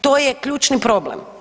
To je ključni problem.